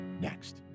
next